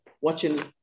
watching